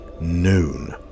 Noon